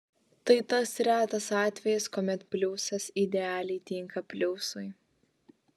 tai tas retas atvejis kuomet pliusas idealiai tinka pliusui